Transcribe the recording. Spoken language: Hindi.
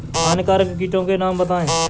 हानिकारक कीटों के नाम बताएँ?